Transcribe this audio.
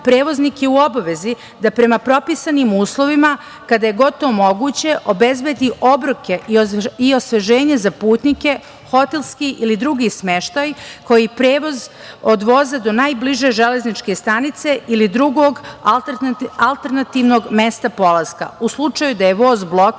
prevoznik je u obavezi da prema propisanim uslovima kada je god to moguće obezbedi obroke i osveženje za putnike hotelski ili drugi smeštaj kao i prevoz od voza do najbliže železničke stanice ili drugog alternativnog mesta polaska u slučaju da je voz blokiran